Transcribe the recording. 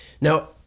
Now